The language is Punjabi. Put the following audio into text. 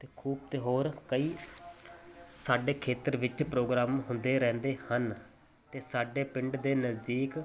ਅਤੇ ਖੂ ਅਤੇ ਹੋਰ ਕਈ ਸਾਡੇ ਖੇਤਰ ਵਿੱਚ ਪ੍ਰੋਗਰਾਮ ਹੁੰਦੇ ਰਹਿੰਦੇ ਹਨ ਅਤੇ ਸਾਡੇ ਪਿੰਡ ਦੇ ਨਜ਼ਦੀਕ